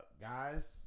guys